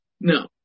No